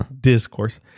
Discourse